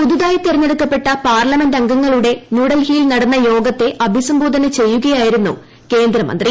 പുതുത്പ്യി തിരഞ്ഞെടുക്കപ്പെട്ട പാർലമെന്റുംഗങ്ങളുടെ ന്യൂഡൽഹിയിൽ ന്ടുന്ന യോഗത്തെ അഭിസംബോധന ചെയ്യുകയായിരുന്നു കേന്ദ്രമന്ത്രി